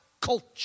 culture